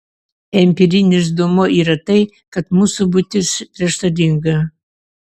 empirinis duomuo yra tai kad mūsų būtis prieštaringa